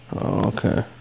okay